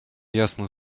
ясно